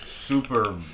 super